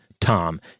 Tom